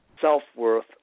self-worth